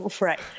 Right